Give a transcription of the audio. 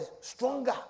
stronger